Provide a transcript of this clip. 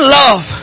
love